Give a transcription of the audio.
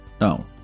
Now